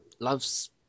loves